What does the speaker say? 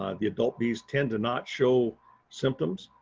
um the adult bees tend to not show symptoms.